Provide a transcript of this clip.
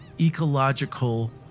ecological